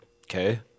Okay